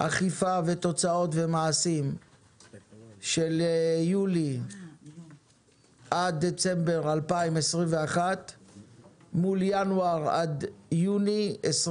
אכיפה ותוצאות ומעשים של יולי עד דצמבר 2021 מול ינואר עד יוני 2022,